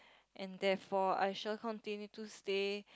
and therefore I shall continue to stay